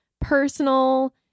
personal